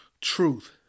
truth